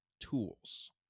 tools